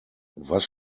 was